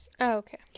okay